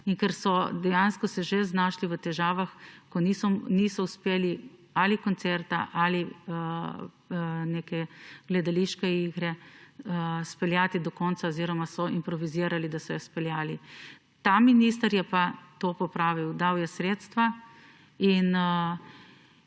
dotrajana. Dejansko so se že znašli v težavah, ko niso uspeli koncerta ali neke gledališke igre izpeljati do konca oziroma so improvizirali, da so jo izpeljali. Ta minister je pa to popravil, dal je sredstva.